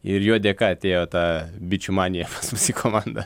ir jo dėka atėjo ta bičių manija pas mus į komandą